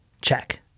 Check